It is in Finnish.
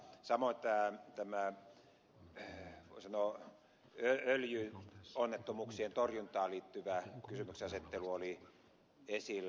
samoin tämä voi sanoa öljyonnettomuuksien torjuntaan liittyvä kysymyksenasettelu oli esillä